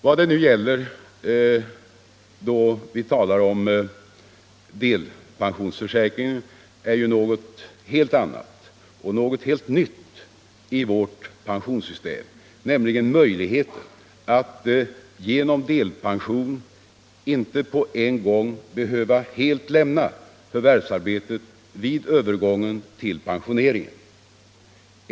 Vad det nu gäller då vi talar om delpensionsförsäkringen är ju något helt annat och något helt nytt i vårt pensionssystem, nämligen möjligheten att genom delpension inte på en gång behöva helt lämna förvärvsarbetet vid övergången till pensionering.